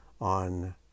on